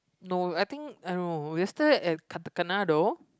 no I think I no we'll stay at Katakana though